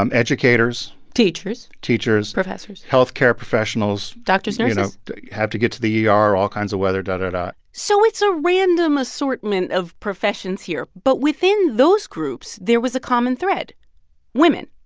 um educators teachers teachers professors health care professionals. doctors, nurses. you know, you have to get to the yeah ah er, all kinds of weather, da da da so it's a random assortment of professions here, but within those groups, there was a common thread women.